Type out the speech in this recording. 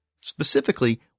Specifically